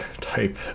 type